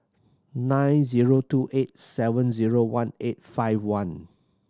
nine zero two eight seven zero one eight five one